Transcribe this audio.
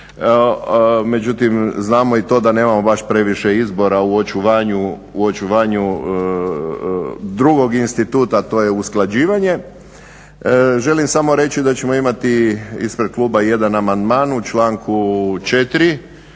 Međutim, znamo i to da nemamo baš previše izbora u očuvanju drugog instituta to je usklađivanje. Želim samo reći da ćemo imati ispred kluba jedan amandman u članku 4.